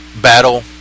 battle